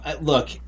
look